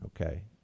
Okay